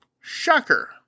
Shocker